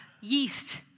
Yeast